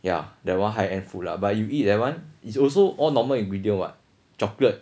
ya that one high end food lah but you eat that one is also all normal ingredient what chocolate